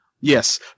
Yes